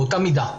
באותה מידה,